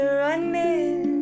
running